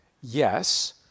Yes